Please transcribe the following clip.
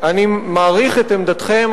אני מעריך את עמדתכם,